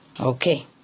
Okay